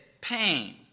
pain